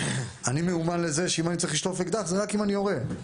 אני מיומן לזה שאם אני צריך לשלוף אקדח זה רק אם אני יורה.